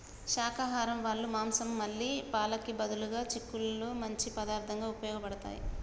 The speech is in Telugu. శాకాహరం వాళ్ళ మాంసం మళ్ళీ పాలకి బదులుగా చిక్కుళ్ళు మంచి పదార్థంగా ఉపయోగబడతాయి